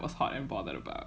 was hot and bothered about